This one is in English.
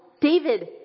David